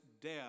death